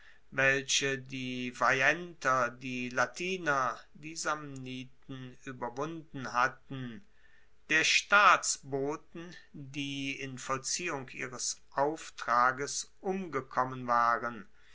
welche die veienter die latiner die samniten ueberwunden hatten der staatsboten die in vollziehung ihres auftrages umgekommen waren